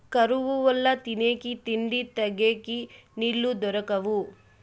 కరువు వల్ల తినేకి తిండి, తగేకి నీళ్ళు దొరకవు